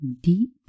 deep